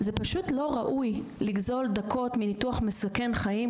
זה פשוט לא ראוי לגזול דקות מניתוח מסכן חיים,